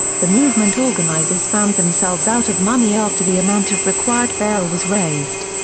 the movement organizers found themselves out of money after the amount of required bail was raised.